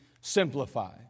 simplify